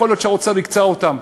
יכול להיות שהאוצר הקצה אותם,